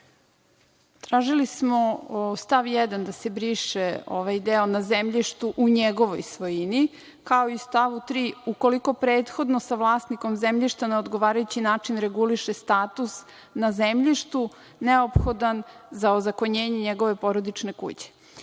Tražili smo stav 1. da se briše, ovaj deo na zemljištu, u njegovoj svojini, kao i stavu 3. ukoliko prethodno sa vlasnikom zemljišta na odgovarajući način reguliše status na zemljištu, neophodan za ozakonjenje njegove porodične kuće.I